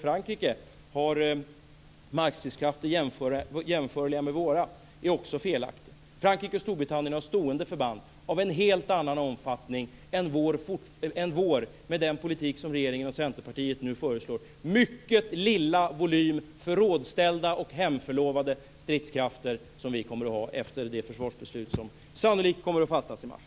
Frankrike har markstridskrafter jämförbara med våra är också felaktigt. Frankrike och Storbritannien har stående förband av en helt annan omfattning än vår, med den politik som regeringen och Centerpartiet nu föreslår, mycket lilla volym förrådsställda och hemförlovade stridskrafter som vi kommer att ha efter det försvarsbeslut som sannolikt kommer att fattas i mars.